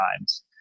times